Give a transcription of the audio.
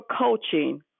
coaching